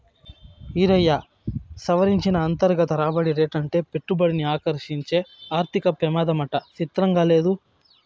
ఈరయ్యా, సవరించిన అంతర్గత రాబడి రేటంటే పెట్టుబడిని ఆకర్సించే ఆర్థిక పెమాదమాట సిత్రంగా లేదూ